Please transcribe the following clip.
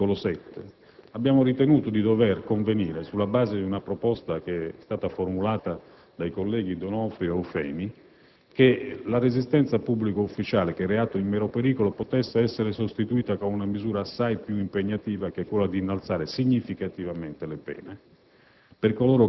l'articolo 7 abbiamo ritenuto di convenire, sulla base di una proposta formulata dai colleghi D'Onofrio ed Eufemi, che la resistenza a pubblico ufficiale, reato di mero pericolo, potesse essere sostituita con una misura assai più impegnativa di innalzare significativamente le pene